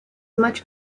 much